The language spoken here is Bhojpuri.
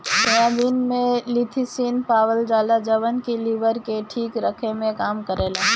सोयाबीन में लेथिसिन पावल जाला जवन की लीवर के ठीक रखे में काम करेला